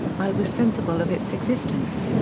i was sensible of its existence.